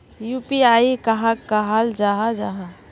UPI कहाक कहाल जाहा जाहा?